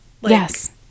Yes